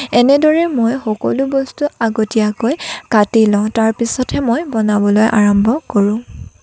এনেদৰে মই সকলো বস্তু আগতীয়াকৈ কাটি লওঁ তাৰ পিছতহে বনাবলৈ আৰম্ভ কৰোঁ